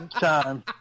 time